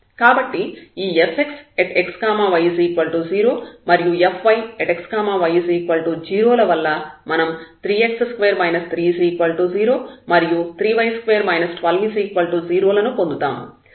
కాబట్టి ఈ fxxy0 మరియు fyxy0 ల వల్ల మనం 3x2 3 0 మరియు 3y2 120 లను పొందుతాము